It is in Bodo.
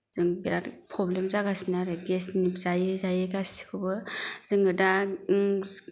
जों बेराद प्रब्लेम जागासिनो आरो गेसनि जायै जायै गासिखौबो जोङो दा